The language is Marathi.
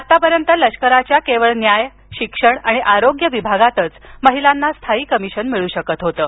आतापर्यंत लष्कराच्या केवळ न्याय शिक्षण आणि आरोग्य विभागातच महिलांना स्थायी कमिशन मिळू शकत होतं